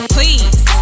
Please